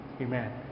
Amen